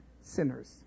sinners